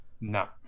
No